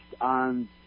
on